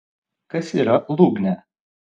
kas yra lūgnė